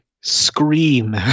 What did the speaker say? scream